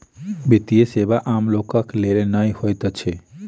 वित्तीय सेवा आम लोकक लेल नै होइत छै